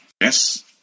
Yes